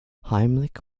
heimlich